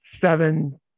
seven